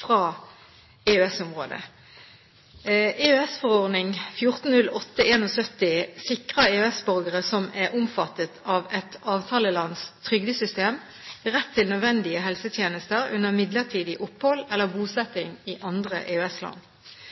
fra EØS-området. EØS-forordning 1408/71 sikrer EØS-borgere som er omfattet av et avtalelands trygdesystem, rett til nødvendige helsetjenester under midlertidig opphold eller